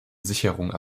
sicherung